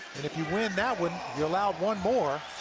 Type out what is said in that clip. and if you win that one, you're allowed one more.